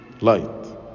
light